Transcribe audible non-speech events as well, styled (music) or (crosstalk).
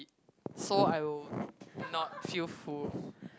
so I will (noise) not feel full